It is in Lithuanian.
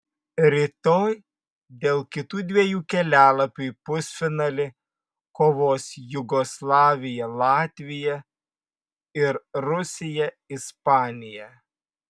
rytoj dėl kitų dviejų kelialapių į pusfinalį kovos jugoslavija latvija ir rusija ispanija